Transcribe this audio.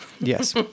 Yes